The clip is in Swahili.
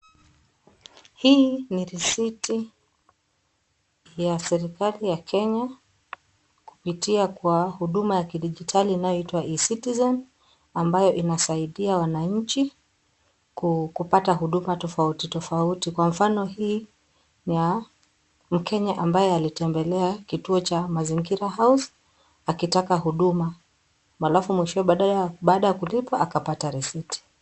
Hii ni risiti ya serikali ya Kenya, kupitia kwa huduma ya kidigitali inayoitwa e- citizen ambayo inasaidia wananchi kupata huduma tofauti tofauti. Kwa mfano hii ni ya mkenya ambaye alitembea kituo cha mazingira house akitaka huduma halafu mwishowe baada ya kulipa akapata risiti.